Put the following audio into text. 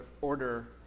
order